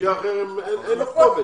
במקרה אחר, הם לא נכנסים.